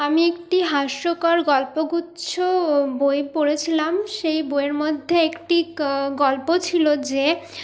আমি একটি হাস্যকর গল্পগুচ্ছ বই পড়েছিলাম সেই বইয়ের মধ্যে একটি গ গল্প ছিল যে